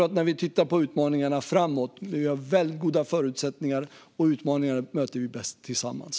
Men när vi tittar på utmaningarna framåt har vi mycket goda förutsättningar, och utmaningarna möter vi bäst tillsammans.